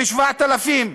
כ-7,000.